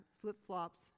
flip-flops